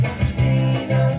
Christina